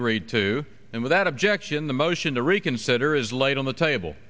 great two and without objection the motion to reconsider is laid on the table